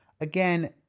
Again